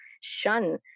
Shun